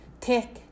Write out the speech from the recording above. tick